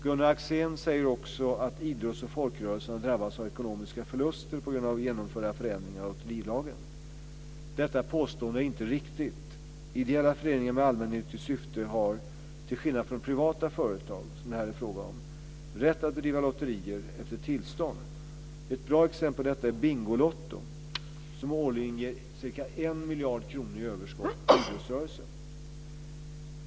Gunnar Axén säger också att idrotts och folkrörelserna drabbas av ekonomiska förluster på grund av de genomförda ändringarna av lotterilagen. Detta påstående är inte riktigt. Ideella föreningar med allmännyttigt syfte har, till skillnad från privata företag som det här är fråga om, rätt att bedriva lotterier efter tillstånd. Ett bra exempel på detta är Bingolotto, som årligen ger ca 1 miljard kronor i överskott till bl.a.